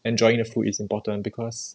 enjoying the food is important because